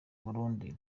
burundi